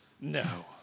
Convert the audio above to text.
No